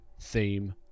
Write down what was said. theme